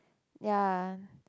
ya